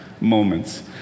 moments